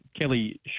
Kelly